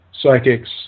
psychics